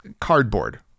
cardboard